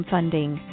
Funding